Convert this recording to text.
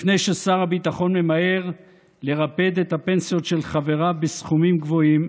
לפני ששר הביטחון ממהר לרפד את הפנסיות של חבריו בסכומים גבוהים,